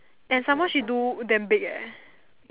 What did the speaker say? and some more she do damn big eh